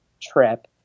trip